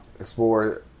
Explore